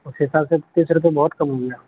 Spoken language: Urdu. اس حساب سے تو تیس روپئے بہت کم ہو گیا